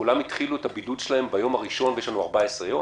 כולם התחילו את הבידוד שלהם ביום הראשון ויש לנו 14 יום?